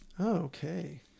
Okay